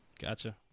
gotcha